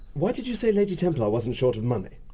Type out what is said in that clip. why did you say lady templar wasn't short of money?